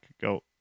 Go